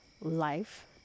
life